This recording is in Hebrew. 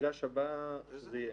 במפגש הבא זה יהיה,